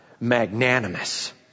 Magnanimous